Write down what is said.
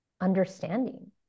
understanding